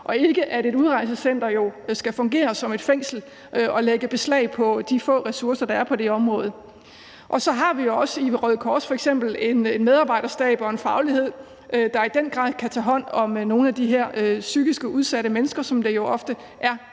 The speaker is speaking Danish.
ikke, at et udrejsecenter skal fungere som et fængsel og lægge beslag på de få ressourcer, der er på det område. Og så har vi også i Røde Kors f.eks. en medarbejderstab og en faglighed, der i den grad kan tage hånd om nogle af de her psykisk udsatte mennesker, som dem, der